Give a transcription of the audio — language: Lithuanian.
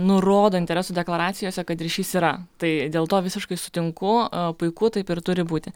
nurodo interesų deklaracijose kad ryšys yra tai dėl to visiškai sutinku puiku taip ir turi būti